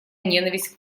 ненависть